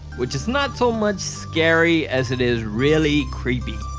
which is not so much scary as it is really creepy.